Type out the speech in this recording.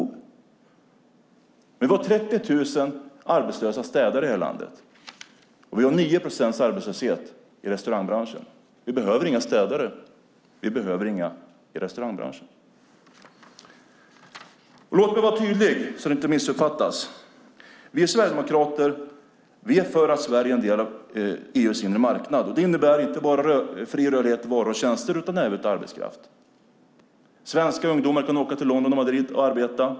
Vi har 30 000 arbetslösa städare i det här landet, och vi har 9 procents arbetslöshet i restaurangbranschen. Vi behöver inga städare, och vi behöver inga i restaurangbranschen. Låt mig vara tydlig så att det inte missuppfattas. Vi sverigedemokrater är för att Sverige är en del av EU:s inre marknad. Det innebär inte bara fri rörlighet för varor och tjänster utan även för arbetskraft. Svenska ungdomar kan åka till London och Madrid och arbeta.